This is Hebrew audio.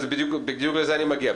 בדיוק לזה אני מגיע.